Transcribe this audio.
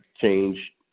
change